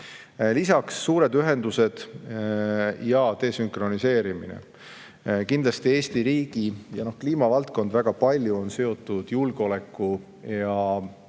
Lisaks, suured ühendused ja desünkroniseerimine. Kindlasti on Eesti riigi kliimavaldkond väga paljuski seotud julgeoleku- ja